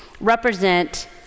represent